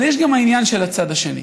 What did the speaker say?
אבל יש גם העניין של הצד השני.